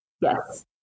Yes